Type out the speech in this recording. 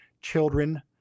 children